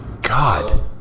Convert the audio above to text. God